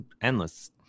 endless